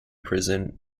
prison